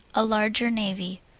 a larger navy.